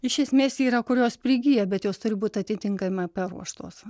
iš esmės yra kurios prigyja bet jos turi būt atitinkamai paruoštos